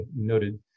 noted